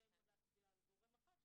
קשה להצביע על גורם אחד,